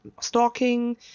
stalking